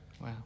Wow